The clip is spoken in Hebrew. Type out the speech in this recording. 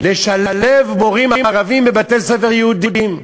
לשלב מורים ערבים בבתי-ספר יהודיים,